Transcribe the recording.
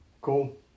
Cool